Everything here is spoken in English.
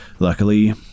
Luckily